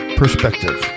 perspective